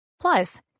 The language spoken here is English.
Plus